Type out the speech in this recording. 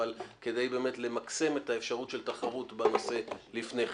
אבל כדי למקסם את האפשרות של תחרות בנושא לפני כן.